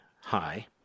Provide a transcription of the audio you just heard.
high